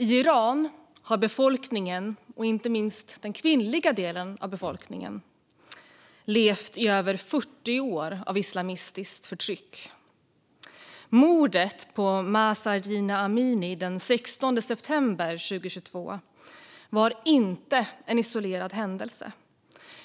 I Iran har befolkningen, inte minst den kvinnliga delen av befolkningen, levt i över 40 år med islamistiskt förtryck. Mordet på Mahsa Jina Amini den 16 september 2022 var inte en isolerad händelse